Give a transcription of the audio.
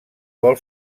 vol